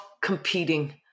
competing